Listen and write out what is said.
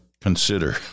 consider